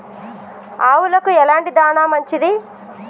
ఆవులకు ఎలాంటి దాణా మంచిది?